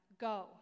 go